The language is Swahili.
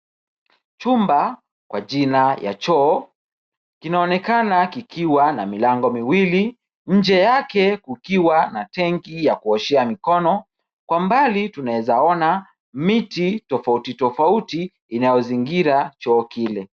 Chumba kwa jina ya choo, kinaonekana kikiwa na milango miwili, nje yake kukiwa na tenki ya kuoshea mikono. Kwa mbali tunaweza ona miti tofauti tofauti inayozingira choo kile.